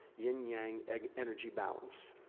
yin yang energy balance.